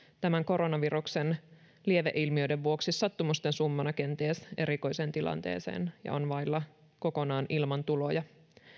tämän koronaviruksen lieveilmiöiden vuoksi sattumusten summana kenties erikoiseen tilanteeseen ja on kokonaan ilman tuloja